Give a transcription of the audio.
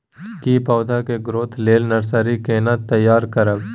की पौधा के ग्रोथ लेल नर्सरी केना तैयार करब?